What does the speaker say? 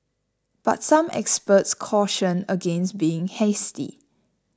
but some experts cautioned against being hasty